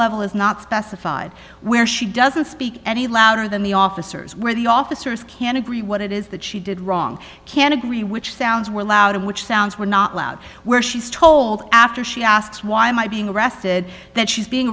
level is not specified where she doesn't speak any louder than the officers where the officers can agree what it is that she did wrong can agree which sounds were loud and which sounds were not loud where she's told after she asks why am i being arrested that she's being